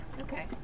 Okay